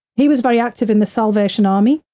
he was very active in the salvation army,